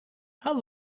how